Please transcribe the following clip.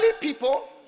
people